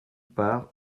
part